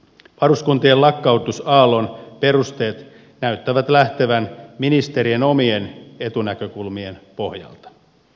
varuskuntien lakkautusaallon perusteet näyttävät lähtevän ministerien omien etunäkökulmien pohjalta